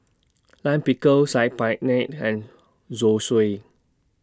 Lime Pickle Saag Paneer and Zosui